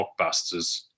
blockbusters